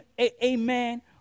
amen